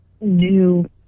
new